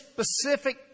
specific